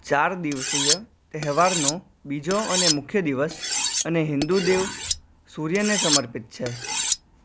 ચાર દિવસીય તહેવારનો બીજો અને મુખ્ય દિવસ અને હિંદુ દેવ સૂર્યને સમર્પિત છે